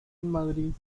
madrid